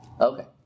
Okay